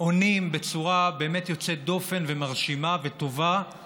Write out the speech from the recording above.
עונים בצורה באמת יוצאת דופן ומרשימה וטובה על